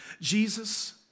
Jesus